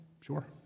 sure